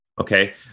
okay